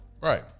Right